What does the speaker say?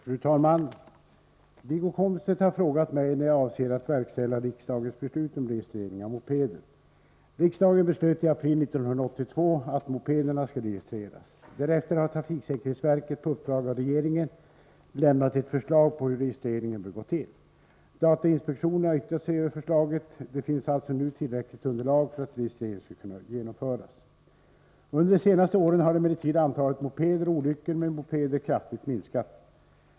Fru talman! Wiggo Komstedt har frågat mig när jag avser att verkställa riksdagens beslut om registrering av mopeder. Riksdagen beslöt i april 1982 att mopederna skall registreras. Därefter har trafiksäkerhetsverket på uppdrag av regeringen lämnat ett förslag på hur registreringen bör gå till. Datainspektionen har yttrat sig över förslaget. Det finns alltså nu tillräckligt underlag för att registreringen skall kunna genomföras. Under de senaste åren har emellertid antalet mopeder och olyckor med mopeder kraftigt minskat.